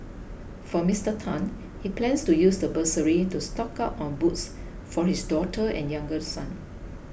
for Mister Tan he plans to use the bursary to stock up on books for his daughter and younger son